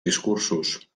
discursos